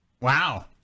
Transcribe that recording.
Wow